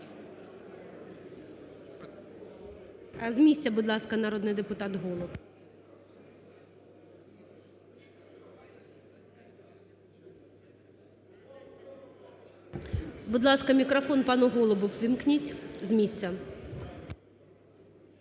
З місця, будь ласка, народний депутат Голуб. Будь ласка, мікрофон пану Голубу увімкніть з місця.